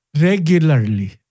regularly